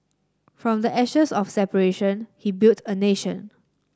from the ashes of separation he built a nation